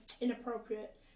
inappropriate